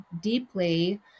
deeply